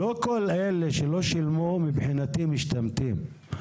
לא כל אלה שלא שילמו, מבחינתי הם משתמטים.